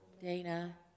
Dana